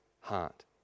heart